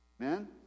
Amen